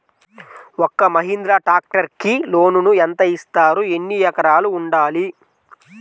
ఒక్క మహీంద్రా ట్రాక్టర్కి లోనును యెంత ఇస్తారు? ఎన్ని ఎకరాలు ఉండాలి?